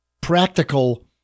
practical